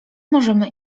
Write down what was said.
możemy